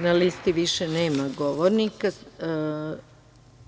Na listi više nema govornika,